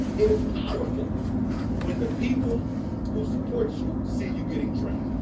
it is powerful when the people who support you see you getting trained.